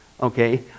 Okay